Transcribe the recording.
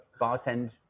bartend